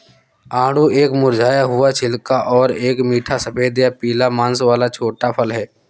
आड़ू एक मुरझाया हुआ छिलका और एक मीठा सफेद या पीला मांस वाला छोटा फल है